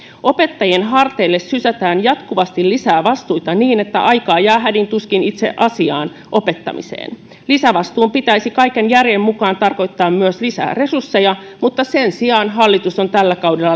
opettajien harteille sysätään jatkuvasti lisää vastuita niin että aikaa jää hädin tuskin itse asiaan opettamiseen lisävastuun pitäisi kaiken järjen mukaan tarkoittaa myös lisää resursseja mutta sen sijaan hallitus on tällä kaudella